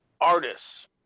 artists